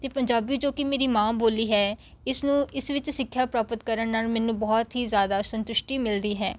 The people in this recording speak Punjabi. ਅਤੇ ਪੰਜਾਬੀ ਜੋ ਕਿ ਮੇਰੀ ਮਾਂ ਬੋਲੀ ਹੈ ਇਸਨੂੰ ਇਸ ਵਿੱਚ ਸਿੱਖਿਆ ਪ੍ਰਾਪਤ ਕਰਨ ਨਾਲ ਮੈਨੂੰ ਬਹੁਤ ਹੀ ਜ਼ਿਆਦਾ ਸੰਤੁਸ਼ਟੀ ਮਿਲਦੀ ਹੈ